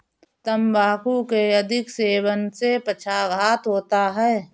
तंबाकू के अधिक सेवन से पक्षाघात होता है